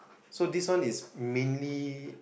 so this one is mainly